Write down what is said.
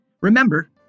remember